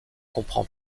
comprend